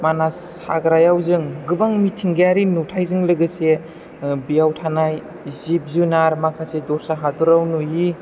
मानास हाग्रायाव जों गोबां मिथिंगायारि नुथाइजों लोगोसे बेयाव थानाय जिब जुनार माखासे दस्रा हादरआव नुयि